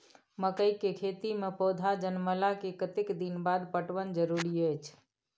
मकई के खेती मे पौधा जनमला के कतेक दिन बाद पटवन जरूरी अछि?